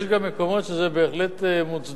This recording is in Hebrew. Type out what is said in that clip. יש גם מקומות שזה בהחלט מוצדק,